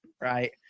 right